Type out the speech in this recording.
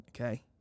okay